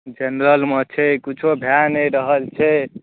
जेनरलमे छै किछु भए नहि रहल छै